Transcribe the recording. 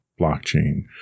blockchain